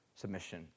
submission